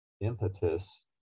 impetus